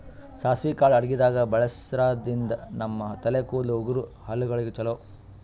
ಸಾಸ್ವಿ ಕಾಳ್ ಅಡಗಿದಾಗ್ ಬಳಸಾದ್ರಿನ್ದ ನಮ್ ತಲೆ ಕೂದಲ, ಉಗುರ್, ಹಲ್ಲಗಳಿಗ್ ಛಲೋ